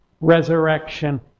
resurrection